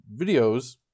videos